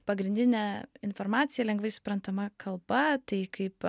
pagrindinę informaciją lengvai suprantama kalba tai kaip